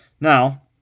Now